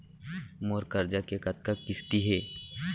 मोर करजा के कतका किस्ती हे?